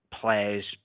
players